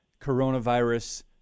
coronavirus